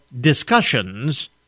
discussions